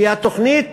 יש בתוכנית